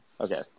Okay